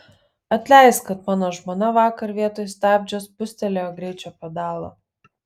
atleisk kad mano žmona vakar vietoj stabdžio spustelėjo greičio pedalą